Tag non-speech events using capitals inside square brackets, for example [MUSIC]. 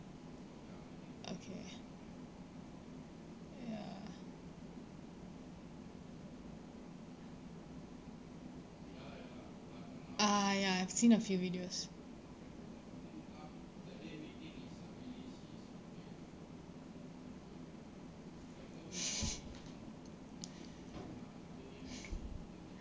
okay ya uh ya I've seen a few videos [LAUGHS]